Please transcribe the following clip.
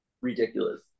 ridiculous